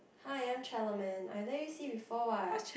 hi I'm Chella-Man I let you see before what